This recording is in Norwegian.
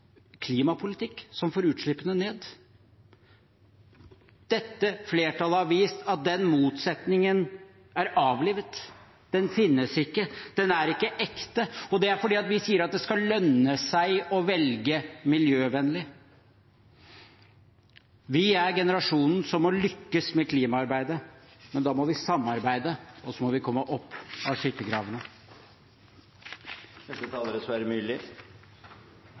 klimapolitikk som får utslippene ned. Dette flertallet har vist at den motsetningen er avlivet. Den finnes ikke, den er ikke ekte, og det er fordi vi sier at det skal lønne seg å velge miljøvennlig. Vi er generasjonen som må lykkes med klimaarbeidet, men da må vi samarbeide, og så må vi komme opp av